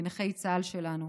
לנכי צה"ל שלנו.